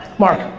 mark.